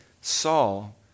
Saul